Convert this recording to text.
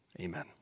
Amen